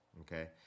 okay